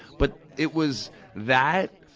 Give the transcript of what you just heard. but it was that,